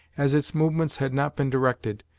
as its movements had not been directed,